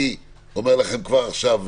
אני אומר לכם כבר עכשיו,